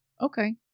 Okay